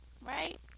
right